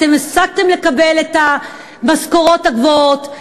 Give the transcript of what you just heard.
אתם הפסקתם לקבל את המשכורות הגבוהות,